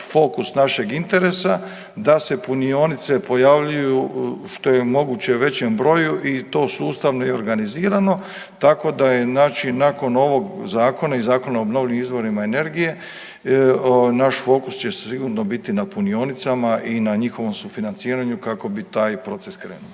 fokus našeg interesa. Da se punionice pojavljuju što je moguće u većem broju i to sustavno i organizirano tako da je znači nakon ovog zakona i Zakona o obnovljivim izvorima energije naš fokus će sigurno biti na punionicama i na njihovom sufinanciranju kako bi taj proces krenuo.